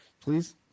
please